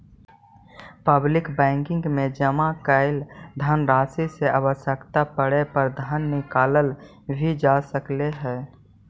public banking में जमा कैल धनराशि से आवश्यकता पड़े पर धन निकालल भी जा सकऽ हइ